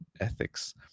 ethics